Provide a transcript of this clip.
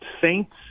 saints